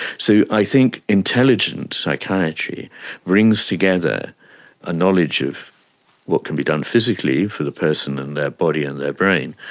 so i think intelligent psychiatry brings together a knowledge of what can be done physically for the person and their body and their brain,